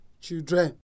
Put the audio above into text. children